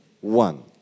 One